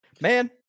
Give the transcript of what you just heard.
Man